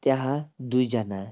त्यहाँ दुईजना